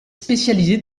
spécialisée